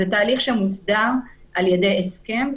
זה תהליך שמוסדר על ידי הסכם,